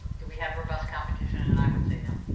do we have robust competition? and i would say, no.